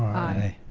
aye.